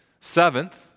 Seventh